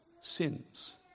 sins